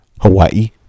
Hawaii